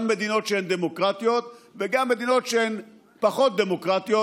גם מדינות שהן דמוקרטיות וגם מדינות שהן פחות דמוקרטיות,